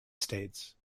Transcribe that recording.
states